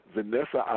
Vanessa